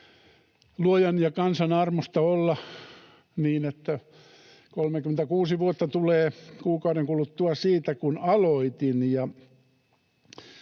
Luojan ja kansan armosta olla niin, että 36 vuotta tulee kuukauden kuluttua siitä, kun aloitin,